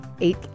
eight